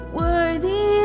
worthy